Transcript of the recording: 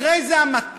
אחרי זה המתנ"ס,